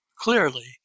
clearly